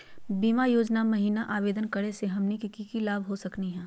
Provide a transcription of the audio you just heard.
बीमा योजना महिना आवेदन करै स हमनी के की की लाभ हो सकनी हे?